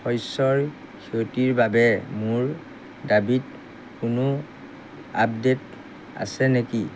শস্যৰ ক্ষতিৰ বাবে মোৰ দাবীত কোনো আপডেট আছে নেকি